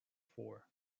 four